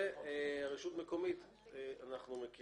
אנחנו,